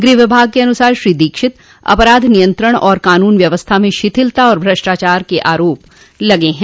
गृह विभाग के अनुसार श्री दीक्षित अपराध नियंत्रण और कानून व्यवस्था में शिथिलता और भ्रष्टाचार के आरोप लगे हैं